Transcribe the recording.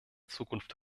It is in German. zukunft